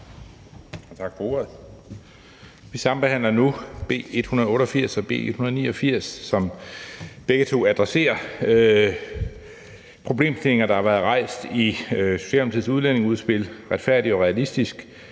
Tak for ordet. Vi sambehandler nu B 188 og B 189, som begge to adresserer problemstillinger, der har været rejst i Socialdemokratiets udlændingeudspil »Retfærdig og Realistisk«.